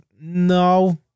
No